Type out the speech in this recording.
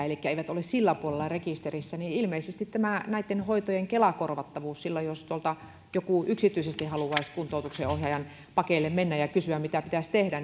elikkä eivät ole sillä puolella rekisterissä niin ilmeisesti näitten hoitojen kela korvattavuus silloin jos tuolta joku yksityisesti haluaisi kuntoutuksen ohjaajan pakeille mennä ja kysyä mitä pitäisi tehdä